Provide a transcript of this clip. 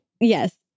yes